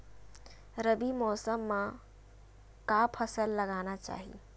रबी मौसम म का फसल लगाना चहिए?